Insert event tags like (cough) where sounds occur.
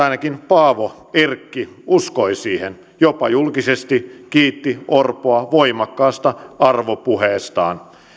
(unintelligible) ainakin paavo erkki uskoi siihen jopa julkisesti ja kiitti orpoa voimakkaasta arvopuheesta